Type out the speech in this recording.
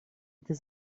этой